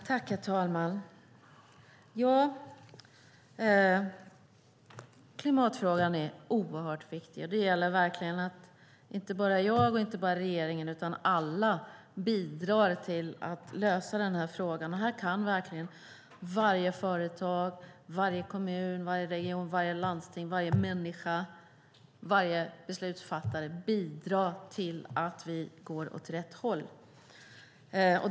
Herr talman! Klimatfrågan är oerhört viktig. Det gäller verkligen att inte bara jag och regeringen utan alla bidrar till att lösa denna fråga. Här kan verkligen varje företag, varje kommun, varje region, varje landsting, varje människa, varje beslutsfattare bidra till att vi går åt rätt håll.